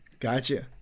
gotcha